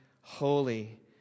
holy